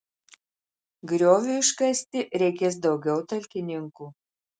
grioviui iškasti reikės daugiau talkininkų